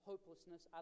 Hopelessness